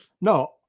No